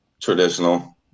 Traditional